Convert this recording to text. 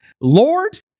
Lord